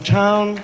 town